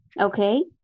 Okay